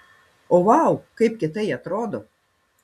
o vau kaip kietai atrodo